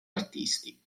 artisti